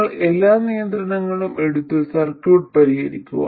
നിങ്ങൾ എല്ലാ നിയന്ത്രണങ്ങളും എടുത്ത് സർക്യൂട്ട് പരിഹരിക്കുക